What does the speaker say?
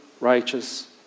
righteous